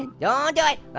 and don't do it.